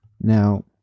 Now